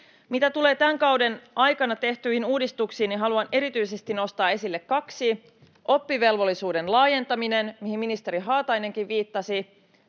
Mitä tulee tämän kauden aikana tehtyihin uudistuksiin, niin haluan erityisesti nostaa esille kaksi: Oppivelvollisuuden laajentamisen, mihin ministeri Haatainenkin viittasi.